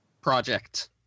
project